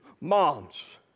Moms